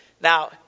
Now